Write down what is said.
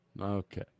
Okay